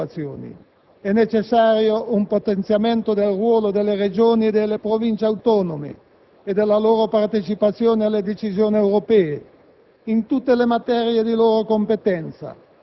È necessaria una maggiore attenzione a queste situazioni. È necessario un potenziamento del ruolo delle Regioni e delle Province autonome e della loro partecipazione alle decisioni europee,